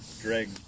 drag